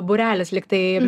būrelis lyg tai